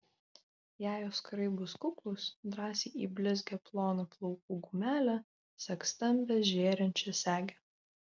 jei auskarai bus kuklūs drąsiai į blizgią ploną plaukų gumelę sek stambią žėrinčią segę